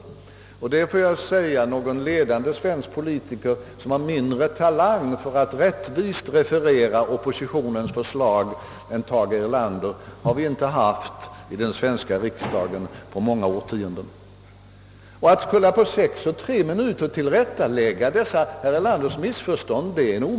Och det får jag säga, att någon ledande svensk politiker med mindre talang att rättvist referera oppositionens förslag än Tage Erlander har vi inte haft i den svenska riksdagen på många årtionden. Det är en omöjlighet att på sex plus tre minuter tillrättalägga herr Erlanders missförstånd.